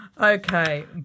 Okay